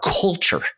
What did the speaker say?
culture